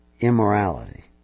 immorality